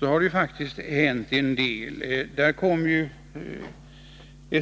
har det faktiskt hänt en hel del.